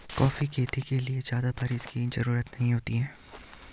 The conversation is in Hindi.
कॉफी खेती के लिए ज्यादा बाऱिश की जरूरत नहीं होती है